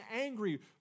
angry